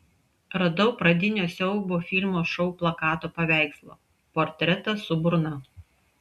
radau pradinio siaubo filmo šou plakato paveikslą portretą su burna